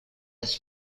his